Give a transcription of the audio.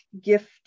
gift